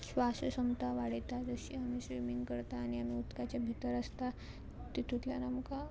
श्वास क्षमता वाडयता जशी आमी स्विमींग करता आनी आमी उदकाचे भितर आसता तितूंतल्यान आमकां